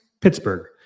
Pittsburgh